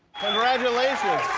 congratulations.